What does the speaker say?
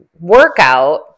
workout